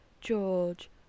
George